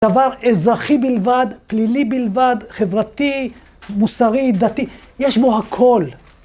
דבר אזרחי בלבד, פלילי בלבד, חברתי, מוסרי, דתי, יש בו הכל.